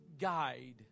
guide